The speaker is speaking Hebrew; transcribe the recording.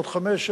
בעוד חמש,